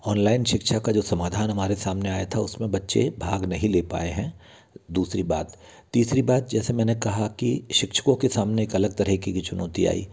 online शिक्षा का जो समाधान हमारे सामने आया था उस में बच्चे भाग नहीं ले पाए हैं दूसरी बात तीसरी बात जैसे मैंने कहा कि शिक्षकों के सामने एक अलग तरीक़े की चुनौती आई